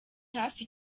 hafi